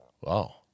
Wow